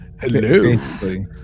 Hello